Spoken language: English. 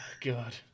God